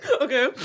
okay